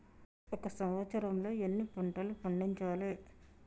ఒక సంవత్సరంలో ఎన్ని పంటలు పండించాలే?